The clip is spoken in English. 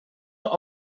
were